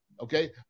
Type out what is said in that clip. Okay